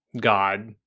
God